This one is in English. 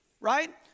right